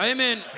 Amen